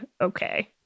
okay